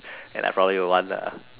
and I probably would want a